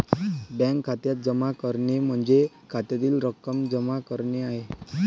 bank खात्यात जमा करणे म्हणजे खात्यातील रक्कम जमा करणे आहे